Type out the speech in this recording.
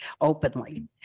openly